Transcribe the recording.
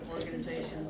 organizations